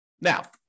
Now